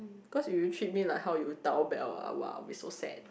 cause if you treat me like how you dao Belle ah !wow! I'll be so sad